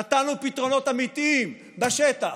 נתנו פתרונות אמיתיים, בשטח,